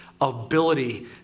ability